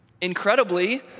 Incredibly